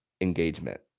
engagement